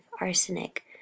arsenic